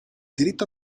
diritto